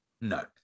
No